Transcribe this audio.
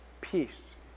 peace